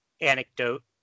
anecdote